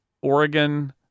Oregon